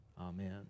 Amen